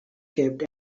kept